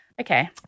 Okay